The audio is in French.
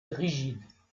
rigides